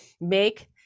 make